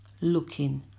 looking